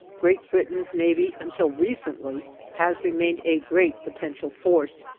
great britain's navy until recently has remained a great potential force,